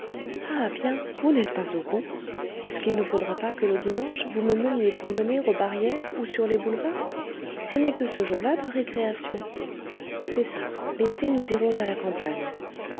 ah bien vous n'êtes pas au bout est-ce qu'il ne faudra pas que le dimanche vous me meniez promener aux barrières ou sur les boulevards je n'ai que ce jour-là de récréation c'est ça l'été nous irons à la campagne